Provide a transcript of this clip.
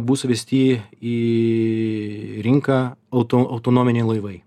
bus įvesti į rinką auto autonominiai laivai